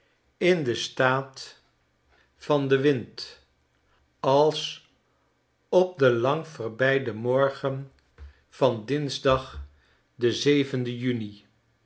in den staat van den wind als op den lang verbeiden morgen van dinsdag den zevenden juni